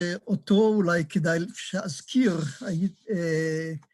‫אותו אולי כדאי שאזכיר.